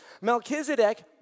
Melchizedek